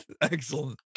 Excellent